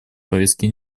повестки